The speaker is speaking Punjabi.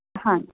ਹਾਂ